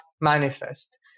manifest